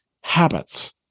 habits